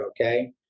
okay